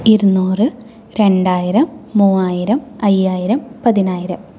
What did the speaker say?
ഇരുന്നൂറ് രണ്ടായിരം മൂവായിരം അയ്യായിരം പതിനായിരം